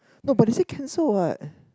no but they say cancel what